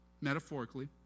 metaphorically